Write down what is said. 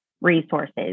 resources